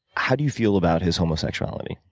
how do you feel about his homosexuality?